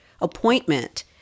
appointment